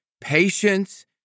patience